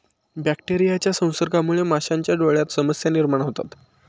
बॅक्टेरियाच्या संसर्गामुळे माशांच्या डोळ्यांत समस्या निर्माण होतात